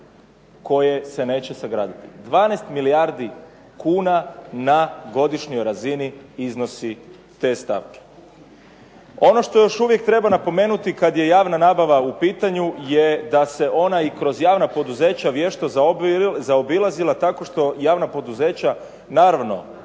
koje se neće sagraditi. 12 milijardi kuna na godišnjoj razini iznosi te stavke. Ono što još uvijek treba napomenuti kad je javna nabava u pitanju je da se ona i kroz javna poduzeća vješto zaobilazila tako što javna poduzeća, naravno